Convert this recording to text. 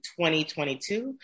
2022